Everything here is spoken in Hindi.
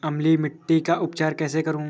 अम्लीय मिट्टी का उपचार कैसे करूँ?